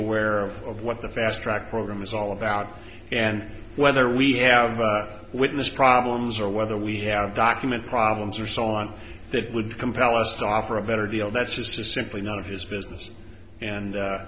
aware of what the fast track program is all about and whether we have witnessed problems or whether we have document problems or so on that would compel us to offer a better deal that's just simply not his business and